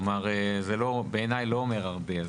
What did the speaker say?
כלומר, זה בעיניי לא אומר הרבה.